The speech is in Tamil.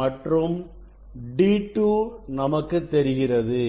மற்றும் D2 நமக்கு தெரிகிறது